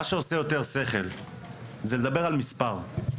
מה שעושה יותר שכל זה לדבר על מספר.